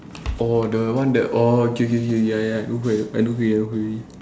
oh the one the oh K K K ya ya I know who I know who already